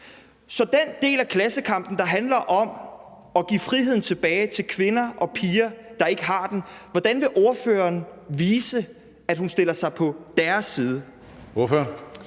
til den del af klassekampen, der handler om at give friheden tilbage til kvinder og piger, der ikke har den, hvordan vil ordføreren så vise, at hun stiller sig på deres side?